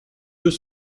deux